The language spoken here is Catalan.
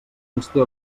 conste